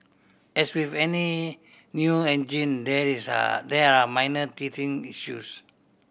as with any new engine there it is are there are minor teething issues